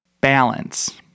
Balance